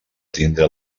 tindre